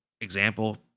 example